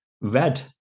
Red